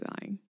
lying